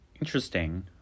Interesting